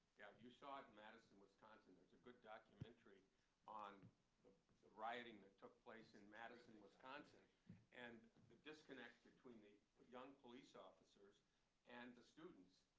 you saw it in madison wisconsin. there's a good documentary on the rioting that took place in madison, wisconsin and the disconnect between the but young police officers and the students,